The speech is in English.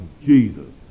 Jesus